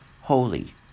Holy